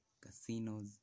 casinos